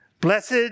Blessed